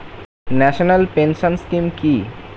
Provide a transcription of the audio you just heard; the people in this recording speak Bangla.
ন্যাশনাল পেনশন স্কিম কি?